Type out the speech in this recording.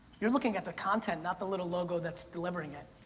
you're looking at the content, not the little logo that's delivering it.